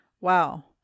wow